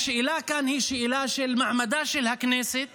השאלה כאן היא שאלה של מעמדה של הכנסת